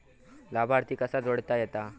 लाभार्थी कसा जोडता येता?